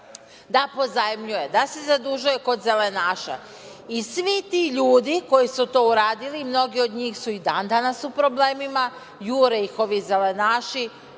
da pozajmljuje, da se zadužuje kod zelenaša. Svi ti ljudi koji su to uradili, mnogi od njih su i dan danas u problemu, jure ih ovi zelenaše.